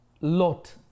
Lot